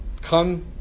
come